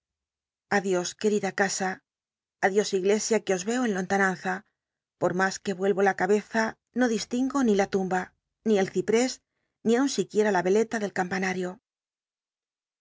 a dios querida casa adios iglesia que os eo en lontananza l'or mas que ueho la c beza no distingo ni ht tumba ni el ciprés ni aun siquiera la veleta del campanario